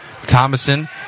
Thomason